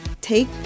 take